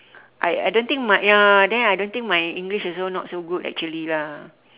I I don't think my ya then I don't think my English also not so good actually lah